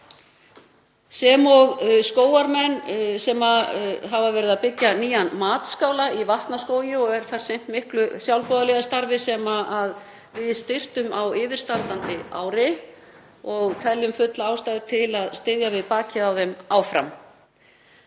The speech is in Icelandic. sem og Skógarmenn KFUM sem hafa verið að byggja nýjan matskála í Vatnaskógi og sinna þar miklu sjálfboðaliðastarfi sem við styrktum á yfirstandandi ári og teljum fulla ástæðu til að styðja við bakið á þeim áfram.